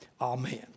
Amen